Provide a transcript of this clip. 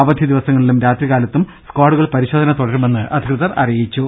അവധി ദിവസങ്ങളിലും രാത്രികാലത്തും സ്ക്വാഡുകൾ പരിശോധന തുടരുമെന്ന് അധികൃതർ അറിയിച്ചു